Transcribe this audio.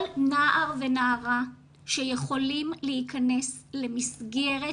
כל נער ונערה שיכולים להיכנס למסגרת